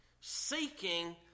Seeking